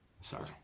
Sorry